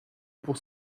pour